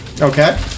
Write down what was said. Okay